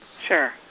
Sure